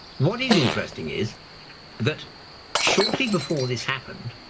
what is interesting is that shortly before this happened,